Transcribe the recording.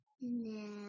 No